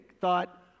thought